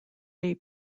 day